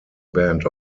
band